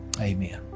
amen